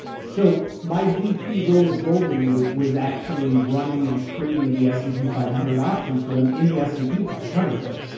so my vp role at goldman was was actually running and trading the s and p five hundred options for them in the s and p five hundred pit.